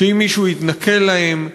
שאם מישהו יתנכל להם,